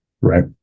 right